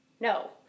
no